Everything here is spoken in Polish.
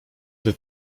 gdy